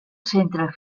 centre